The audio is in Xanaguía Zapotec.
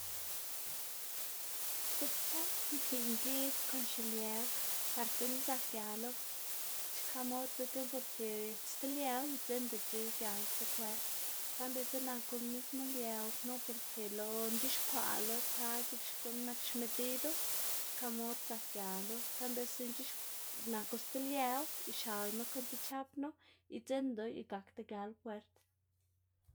tib chap nki'n giꞌd ko xilyew, par dzekna zak gialo, xka mod dzekna stib lyew idzinndac̲h̲a gial stib puert, saꞌnda biꞌltsa naku mismo lyew knu, porke lo c̲h̲ixkwaꞌlo tal x̱iꞌk xkuꞌn nak medido, xka mod zak gialo, saꞌnda biꞌltsa naku sti lyew ixalmu kon ti chap knu idzinndu y gakda gial puert.